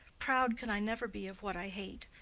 proud can i never be of what i hate,